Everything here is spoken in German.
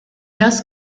das